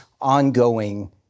ongoing